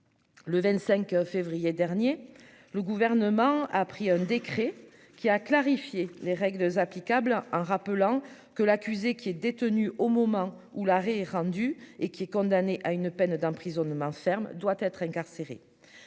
le 25 février dernier, le gouvernement a pris un décret qui a clarifier les règles applicables en rappelant que l'accusé qui est détenu au moment où l'arrêt rendu, et qui est condamné à une peine d'emprisonnement ferme doit être incarcéré